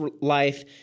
life